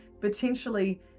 potentially